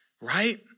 Right